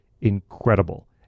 incredible